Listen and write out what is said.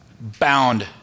bound